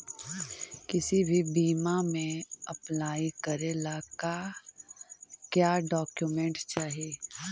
किसी भी बीमा में अप्लाई करे ला का क्या डॉक्यूमेंट चाही?